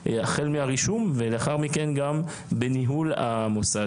גם מבחינה מספרית זה קבוצות יותר קטנות וזו סוגיה כבדה.